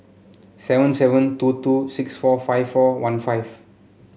seven seven two two six four five four one five